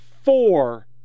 four